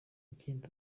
ikindi